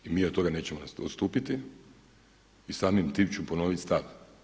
I mi od toga nećemo odstupiti i samim tim ću ponovit stav.